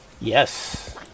yes